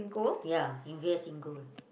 ya invest in gold